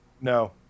No